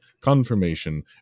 confirmation